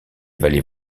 vallées